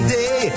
day